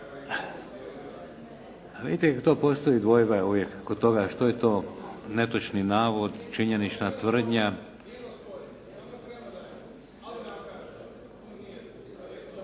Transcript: Vidite tu postoji dvojba kod toga što je to netočni navod, činjenična tvrdnja.